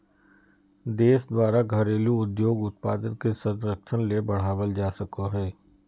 देश द्वारा घरेलू उद्योग उत्पाद के संरक्षण ले बढ़ावल जा सको हइ